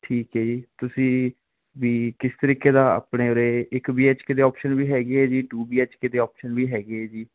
ਠੀਕ ਹੈ ਜੀ ਤੁਸੀਂ ਵੀ ਕਿਸ ਤਰੀਕੇ ਦਾ ਆਪਣੇ ਉਰੇ ਇੱਕ ਬੀ ਐਚ ਕੇ ਦੇ ਆਪਸ਼ਨ ਵੀ ਹੈਗੇ ਹੈ ਜੀ ਟੂ ਬੀ ਐਚ ਕੇ ਦੀ ਆਪਸ਼ਨ ਵੀ ਹੈਗੇ ਹੈ ਜੀ